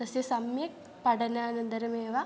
तस्य संयक् पठनान्तरमेव